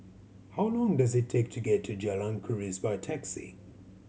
how long does it take to get to Jalan Keris by taxi